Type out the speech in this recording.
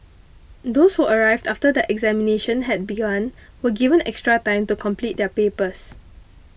those who arrived after that examinations had begun were given extra time to complete their papers